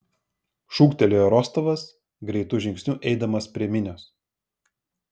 šūktelėjo rostovas greitu žingsniu eidamas prie minios